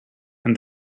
and